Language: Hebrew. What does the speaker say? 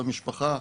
במשפחה,